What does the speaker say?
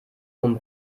vom